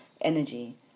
energy